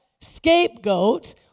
scapegoat